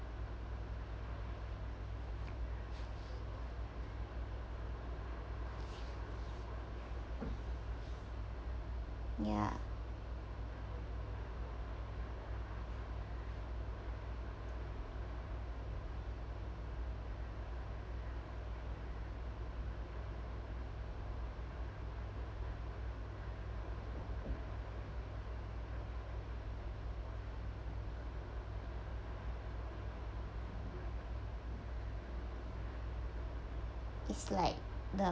ya it's like the